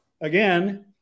again